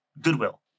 Goodwill